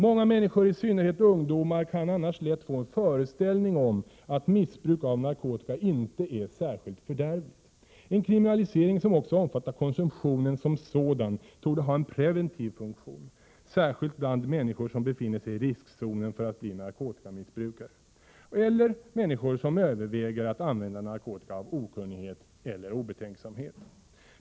Många människor, i synnerhet ungdomar, kan annars lätt få en föreställning om att missbruk av narkotika inte är särskilt fördärvligt. En kriminalisering som omfattar också konsumtionen som sådan torde ha en preventiv funktion, särskilt bland människor som befinner sig i riskzonen för att bli narkotikamissbrukare eller överväger att använda narkotika av okunnighet eller obetänksamhet.